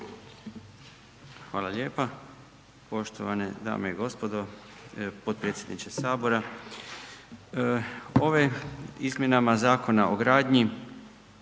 Hvala lijepa. Poštovane dame i gospodo, potpredsjedniče Sabora. Ovim izmjenama Zakona o gradnji